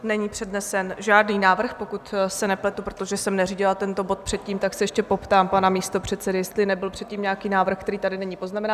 Není přednesen žádný návrh, pokud se nepletu, protože jsem neřídila tento bod předtím, tak se ještě poptám pana místopředsedy, jestli nebyl předtím nějaký návrh, který tady není poznamenán.